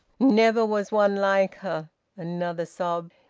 never was one like her another sob.